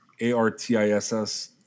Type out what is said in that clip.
a-r-t-i-s-s